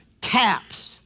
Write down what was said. taps